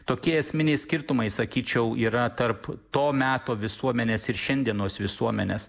tokie esminiai skirtumai sakyčiau yra tarp to meto visuomenės ir šiandienos visuomenės